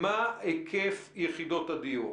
מה היקף יחידות הדיור.